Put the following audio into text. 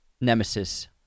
nemesis